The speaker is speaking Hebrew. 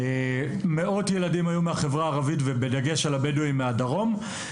מאות ילדים היו מהחברה הערבית ובדגש על הבדואים מהדרום.